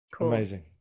Amazing